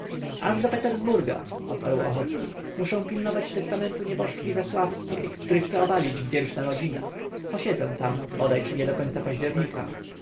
aż do petersburga odparł ochocki muszę pilnować testamentu nieboszczki zasławskiej który chce obalić wdzięczna rodzina posiedzę tam bodaj czy nie do końca października